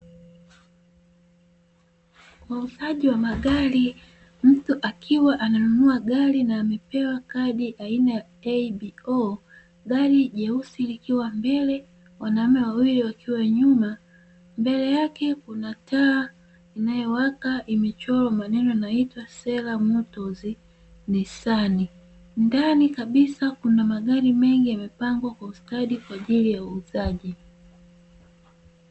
Wauuzaji wa magari mtu akiwa ananunua gari na amepewa kadi aina ya ABO gari nyeusi likiwa mbele, wanaume wawili wakiwa nyuma, mbele yake kuna taa inayowaka imechorwa maneno yanaitwa sera motors nisani, ndani kabisa kuna magari mengi yamepangwa kwa ustadi kwa ajili ya uuzaji.